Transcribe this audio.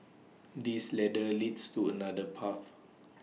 this ladder leads to another path